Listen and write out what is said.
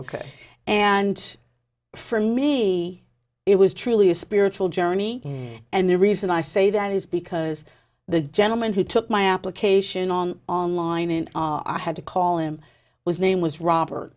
ok and for me it was truly a spiritual journey and the reason i say that is because the gentleman who took my application on online in our had to call him whose name was robert